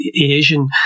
Asian